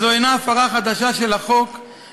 וזו אינה הפרה חדשה של החוק,